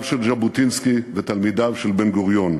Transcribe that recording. של ז'בוטינסקי ותלמידיו של בן-גוריון.